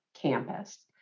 campus